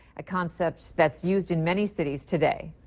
a concept that's used in many cities today.